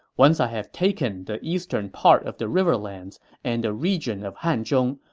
once i have taken the eastern part of the riverlands and the region of hanzhong,